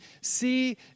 see